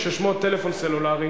ששמו טלפון סלולרי,